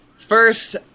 First